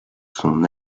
son